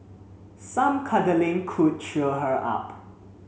some cuddling could cheer her up